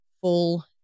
full